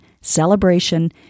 celebration